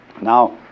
Now